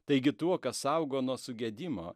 taigi tuo kas saugo nuo sugedimo